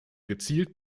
gezielt